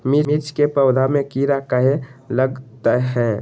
मिर्च के पौधा में किरा कहे लगतहै?